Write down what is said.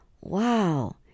Wow